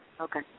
okay